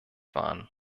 wahren